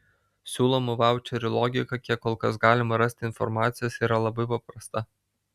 siūlomų vaučerių logika kiek kol kas galima rasti informacijos yra labai paprasta